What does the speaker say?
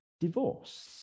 divorce